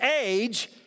age